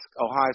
Ohio